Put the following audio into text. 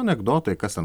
anekdotai kas ten